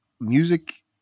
music